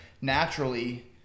naturally